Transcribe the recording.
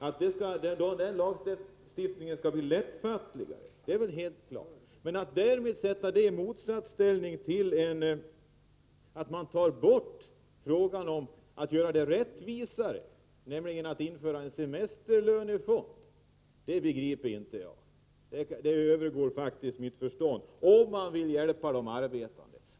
Men jag kan inte förstå varför man, när man skall försöka se till att de arbetande får så bra bestämmelser som möjligt när det gäller semester, gör en sammanblandning och tappar bort kravet på en semesterlönefond. Det övergår faktiskt mitt förstånd, om man vill hjälpa de arbetande.